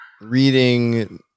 reading